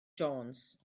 jones